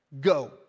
Go